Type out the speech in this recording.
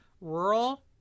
rural